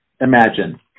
imagine